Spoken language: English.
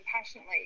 passionately